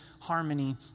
harmony